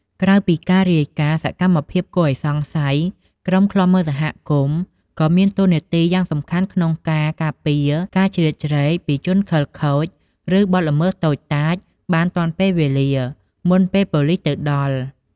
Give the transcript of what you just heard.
ក្រៅពីការរាយការណ៍សកម្មភាពគួរឱ្យសង្ស័យ ក្រុមឃ្លាំមើលសហគមន៍ក៏មានតួនាទីយ៉ាងសំខាន់ក្នុងការ ការពារការជ្រៀតជ្រែកពីជនខិលខូច ឬបទល្មើសតូចតាចបានទាន់ពេលវេលា មុនពេលប៉ូលិសទៅដល់។